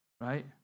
right